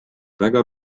väga